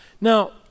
Now